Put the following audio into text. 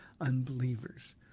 unbelievers